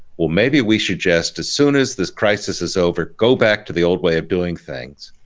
well maybe we suggest as soon as this crisis is over, go back to the old way of doing things